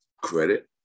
credit